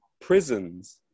prisons